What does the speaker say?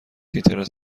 اینترنت